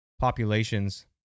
population's